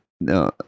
No